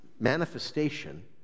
Manifestation